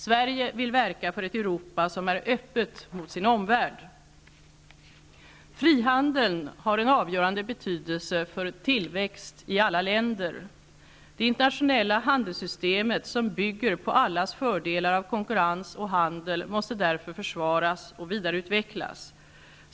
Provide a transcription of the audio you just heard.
Sverige vill verka för ett Europa som är öppet mot sin omvärld. Frihandeln har en avgörande betydelse för tillväxt i alla länder. Det internationella handelssystemet, som bygger på allas fördelar av konkurrens och handel, måste därför försvaras och vidareutvecklas.